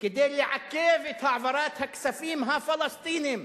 כדי לעכב את העברת הכספים הפלסטיניים,